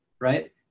right